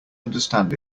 understand